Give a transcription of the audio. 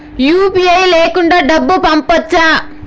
UPI లేకుండా డబ్బు పంపొచ్చా